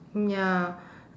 ya